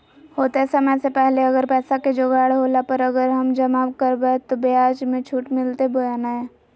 होतय समय से पहले अगर पैसा के जोगाड़ होला पर, अगर हम जमा करबय तो, ब्याज मे छुट मिलते बोया नय?